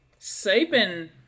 Saban